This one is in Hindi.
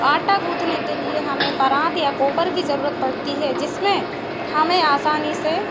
आटा गूँथने के लिए हमें परात या कोपर की जरूरत पड़ती है जिसमें हमें आसानी से